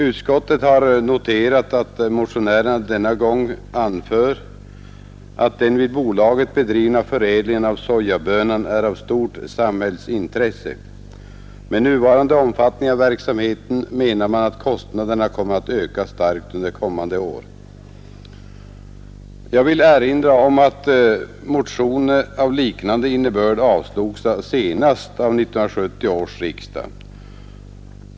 Utskottet har noterat att motionärerna denna gång anför att den vid bolaget bedrivna förädlingen av sojabönan är av stort samhällsintresse. Med nuvarande omfattning av verksamheten menar man att kostnaderna kommer att öka starkt under kommande år. Jag vill erinra om att motioner av liknande innebörd avslogs senast av 1970 års riksdag.